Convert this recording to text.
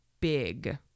big